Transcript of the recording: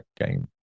game